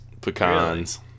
pecans